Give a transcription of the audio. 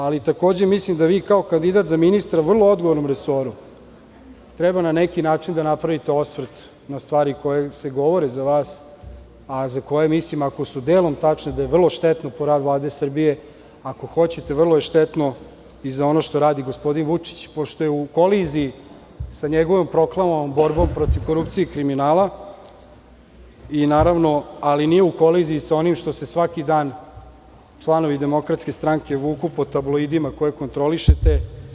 Ali, takođe mislim da vi kao kandidat za ministra u vrlo odgovornom resoru treba na neki način da napravite osvrt na stvari koje se govore za vas, a za koje mislim, ako su delom tačne, da je vrlo štetno po rad Vlade Srbije, ako hoćete, vrlo je štetno i za ono što radi gospodin Vučić, pošto je u koliziji sa njegovomproklamovanom borbom protiv korupcije i kriminala i naravno, ali nije u koliziji sa onim štose svaki dan članovi DS vuku po tabloidima koje kontrolišete.